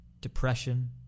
depression